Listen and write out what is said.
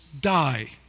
die